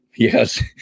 Yes